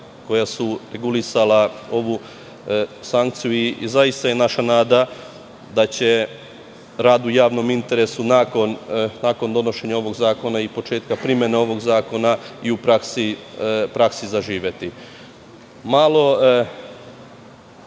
koja su regulisala ovu sankciju i zaista je naša nada da će rad u javnom interesu, nakon donošenja ovog zakona i početka primene ovog zakona, i u praksi zaživeti.